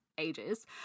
Ages